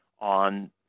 on